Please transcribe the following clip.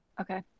Okay